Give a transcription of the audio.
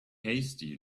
hasty